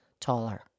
taller